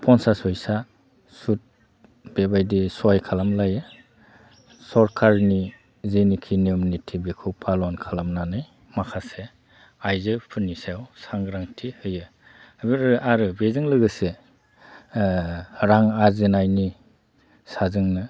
पन्सास फैसा सुथ बेबायदि सहाय खालामलायो सरखारनि जेनेखि नियम निथि बेखौ फालन खालामनानै माखासे आयजोफोरनि सायाव सांग्रांथि होयो आरो बेजों लोगोसे रां आरजिनायनि साजोंनो